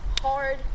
hard